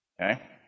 Okay